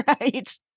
right